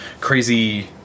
crazy